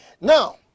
Now